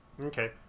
Okay